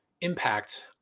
impact